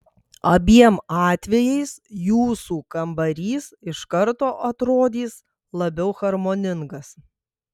abiem atvejais jūsų kambarys iš karto atrodys labiau harmoningas